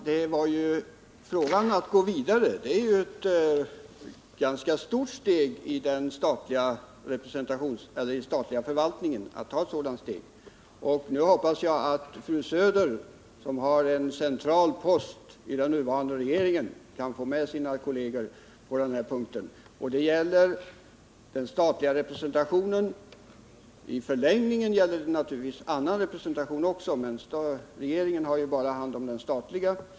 Herr talman! Frågan gällde om regeringen vill gå vidare. Det innebär ett ganska stort steg inom den statliga förvaltningen. Nu hoppas jag att fru Söder, som har en central post i den nuvarande regeringen, kan få med sina kolleger på det. Det gäller främst den statliga representationen. I förlängningen gäller det naturligtvis också annan representation, men regeringen har ju bara inflytande över den statliga.